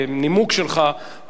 הנימוק שלך,